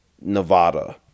Nevada